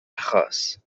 achos